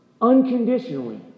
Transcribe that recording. Unconditionally